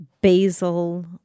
basil